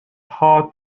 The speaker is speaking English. hard